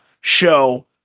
show